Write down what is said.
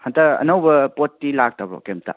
ꯍꯟꯗꯛ ꯑꯅꯧꯕ ꯄꯣꯠꯇꯤ ꯂꯥꯛꯇꯕ꯭ꯔꯣ ꯀꯩꯝꯇ